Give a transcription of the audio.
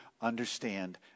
understand